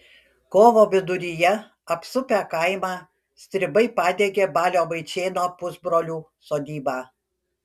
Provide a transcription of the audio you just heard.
kovo viduryje apsupę kaimą stribai padegė balio vaičėno pusbrolių sodybą